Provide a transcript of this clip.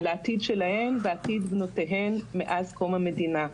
על העתיד שלהן ועתיד בנותיהן מאז קום המדינה.